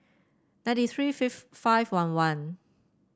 ninety three five one one